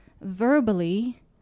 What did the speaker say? verbally